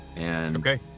Okay